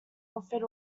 offered